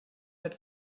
that